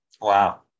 Wow